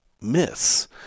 miss